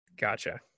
Gotcha